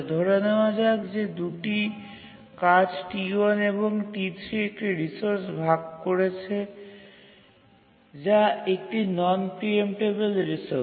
ধরে নেওয়া যাক যে দুটি কাজ T1 এবং T3 একটি রিসোর্স ভাগ করছে যা একটি নন প্রিএমটেবিল রিসোর্স